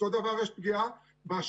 אותו דבר יש פגיעה בהשקעות,